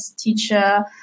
teacher